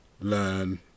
learn